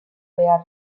behar